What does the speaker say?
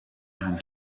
hano